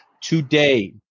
today